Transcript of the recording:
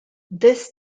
this